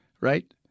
Right